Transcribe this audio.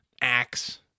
Axe